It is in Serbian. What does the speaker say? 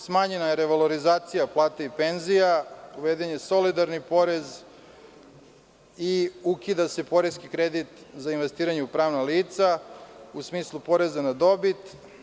Smanjena je revalorizacija plata i penzija, uveden je solidarni porez, i ukida se poreski kredit za investiranje u pravna lica, u smislu poreza na dobit.